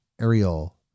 aerial